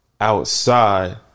outside